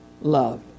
love